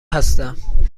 هستم